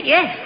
Yes